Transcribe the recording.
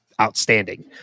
outstanding